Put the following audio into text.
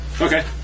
Okay